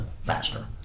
faster